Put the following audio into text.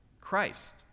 christ